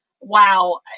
wow